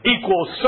equals